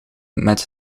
met